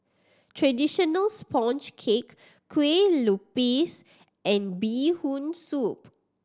traditional sponge cake Kueh Lupis and Bee Hoon Soup